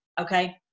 okay